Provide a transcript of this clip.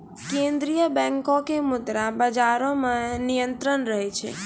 केन्द्रीय बैंको के मुद्रा बजारो मे नियंत्रण रहै छै